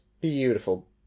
Beautiful